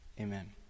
Amen